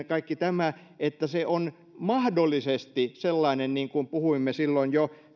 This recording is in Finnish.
kaikki tämä että se on mahdollisesti sellainen niin kuin puhuimme silloin jo